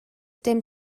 dim